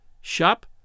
shop